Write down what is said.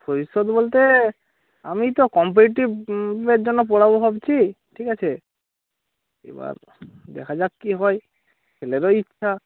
ভবিষ্যৎ বলতে আমি তো কম্পিটিটিভ এর জন্য পড়াব ভাবছি ঠিক আছে এবার দেখা যাক কী হয় ছেলেরও ইচ্ছা